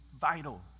vital